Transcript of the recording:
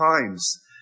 times